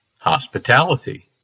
Hospitality